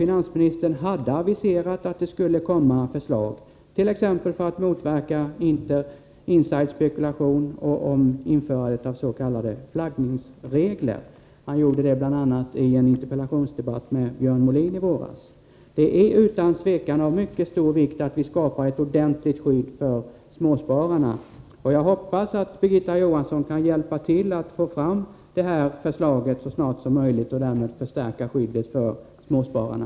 Finansministern hade också aviserat att det skulle komma förslag, t.ex. för att motverka insiderspekulation och om införande av s.k. flaggningsregler. Han gjorde det bl.a. i en interpellationsdebatt med Björn Molin i våras. Det är utan tvivel av mycket stor vikt att vi skapar ett ordentligt skydd för småspararna. Jag hoppas att Birgitta Johansson kan hjälpa till med att så snart som möjligt få fram sådana här förslag och därmed förstärka skyddet för småspararna.